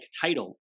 title